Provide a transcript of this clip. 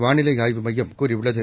வானிலை ஆய்வுமையம் கூறியுள்ளது